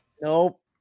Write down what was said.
nope